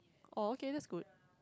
oh okay that's good